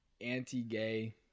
anti-gay